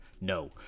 No